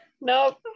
nope